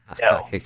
No